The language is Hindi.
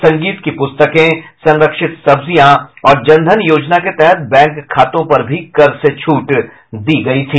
संगीत पुस्तकें संरक्षित सब्जियां और जनधन योजना के तहत बैंक खातों पर भी कर से छूट दी गई थी